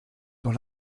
dans